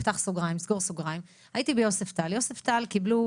יוספטל קיבלו